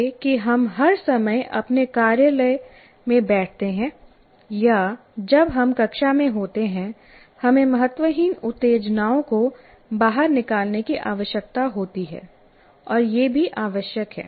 यह कि हम हर समय अपने कार्यालय में बैठते हैं या जब हम कक्षा में होते हैं हमें महत्वहीन उत्तेजनाओं को बाहर निकालने की आवश्यकता होती है और यह भी आवश्यक है